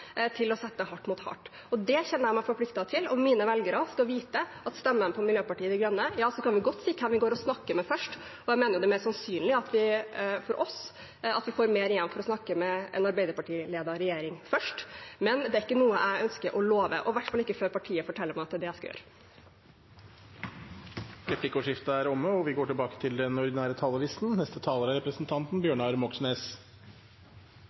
til å sette hardt mot hardt, og det kjenner jeg meg forpliktet til. Mine velgere skal vite at stemmer de på Miljøpartiet De Grønne, kan vi godt si hvem vi går og snakker med først. Jeg mener det er mer sannsynlig at vi får mer igjen for å snakke med en Arbeiderparti-ledet regjering først, men det er ikke noe jeg ønsker å love, i hvert fall ikke før partiet forteller meg at det er det jeg skal gjøre. Replikkordskiftet er omme. For noen dager siden, så å si nøyaktig ett år før valget, fikk vi